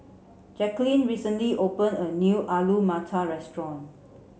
Jacqueline recently opened a new Alu Matar restaurant